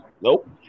nope